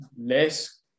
Less